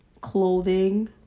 clothing